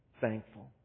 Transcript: thankful